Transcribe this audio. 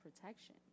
protection